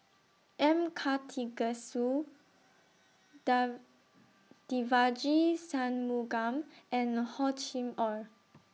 M Karthigesu Dai Devagi Sanmugam and Hor Chim Or